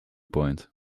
point